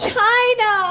China